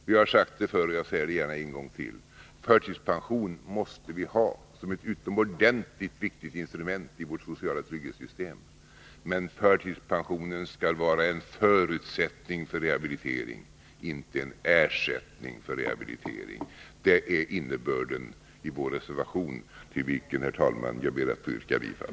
Vi har sagt det förr och jag säger det gärna en gång till: Förtidspension måste vi ha som ett utomordentligt viktigt instrument i vårt sociala trygghetssystem, men förtidspensionen skall vara en förutsättning för rehabilitering, inte en ersättning för rehabilitering. Det är innebörden i vår reservation till vilken, herr talman, jag ber att få yrka bifall.